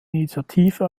initiative